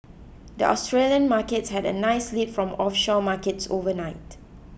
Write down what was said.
the Australian Markets had a nice lead from offshore markets overnight